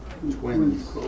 Twins